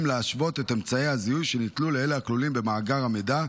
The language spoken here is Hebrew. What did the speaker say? להשוות את אמצעי הזיהוי שניטלו לאלה הכלולים במאגר המידע.